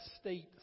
state